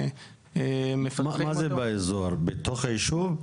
מה זה באזור, בתוך היישוב?